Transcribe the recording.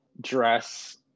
dress